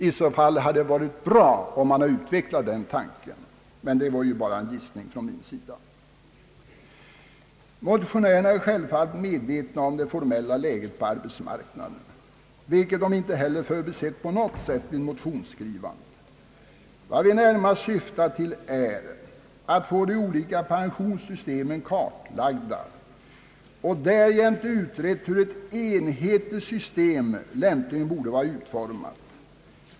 I så fall hade det varit bra om man utvecklat den tanken. Men detta var ju bara en gissning från min sida. Motionärerna är självfallet medvetna om det formella läget på arbetsmarknaden, vilket de inte heller förbisett på något sätt vid motionsskrivandet. Vad vi närmast syftet till är att få de olika pensionssystemen kartlagda och därjämte utrett hur ett enhetligt system lämpligen borde vara utformat.